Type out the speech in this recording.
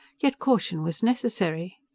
yet caution was necessary.